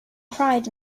cried